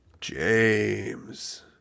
James